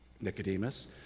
Nicodemus